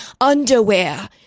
underwear